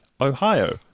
Ohio